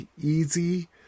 easy